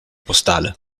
postale